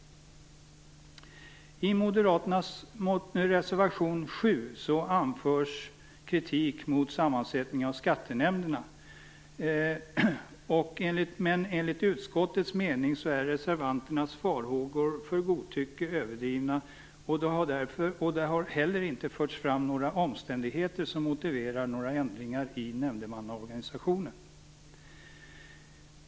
I Moderaternas reservation 7 anförs kritik mot sammansättningen av skattenämnderna. Enligt utskottets mening är reservanternas farhågor för godtycke överdrivna, och det har heller inte förts fram några omständigheter som motiverar några ändringar i nämndemannaorganisationen.